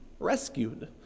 rescued